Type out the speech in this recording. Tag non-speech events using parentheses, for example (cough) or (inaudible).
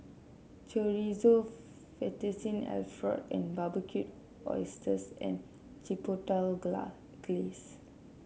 Chorizo Fettuccine Alfredo and Barbecued Oysters and Chipotle (unintelligible) Glaze